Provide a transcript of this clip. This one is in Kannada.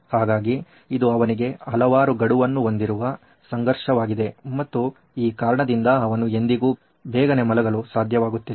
ಹಾಗಾಗಿ ಇದು ಅವನಿಗೆ ಹಲವಾರು ಗಡುವನ್ನು ಹೊಂದಿರುವ ಸಂಘರ್ಷವಾಗಿದೆ ಮತ್ತು ಈ ಕಾರಣದಿಂದ ಅವನು ಎಂದಿಗೂ ಬೇಗನೆ ಮಲಗಲು ಸಾಧ್ಯವಾಗುತ್ತಿಲ್ಲ